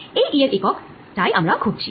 এই E এর একক টাই আমরা খুঁজছি